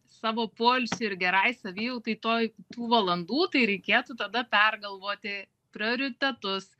savo poilsiui ir gerai savijautai toj tų valandų tai reikėtų tada pergalvoti prioritetus